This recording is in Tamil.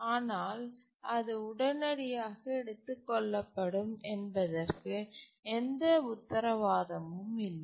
ஆனால் அது உடனடியாக எடுத்துக் கொள்ளப்படும் என்பதற்கு எந்த உத்தரவாதமும் இல்லை